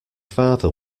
father